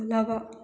Bhola Baba